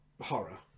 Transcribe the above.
Horror